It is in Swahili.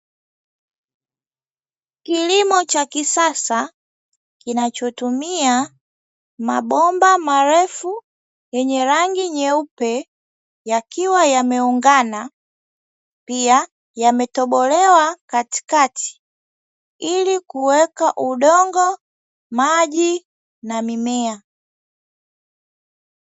Kilimo cha kisasa kinachotumia mabomba marefu yenye rangi nyeupe yakiwa yameungana, pia yametobolewa katikati ili kuweka udongo, maji na mimea.